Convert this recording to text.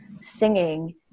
singing